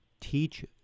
teach